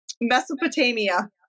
Mesopotamia